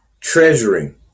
treasuring